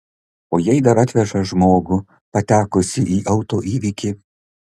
o jei dar atveža žmogų patekusį į auto įvykį